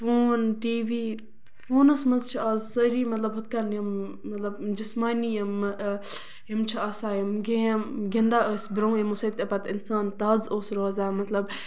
phone TV فونَس منٛز چھِ آز سٲری مطلب ہُتھ کَنۍ یِم مطلب جِسمٲنی یِم یِم چھِ آسان یِم گیمہٕ گِندان ٲسۍ برونہہ یِمو سۭتۍ پَتہٕ اِنسان تازٕ اوس روزان مطلب